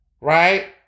right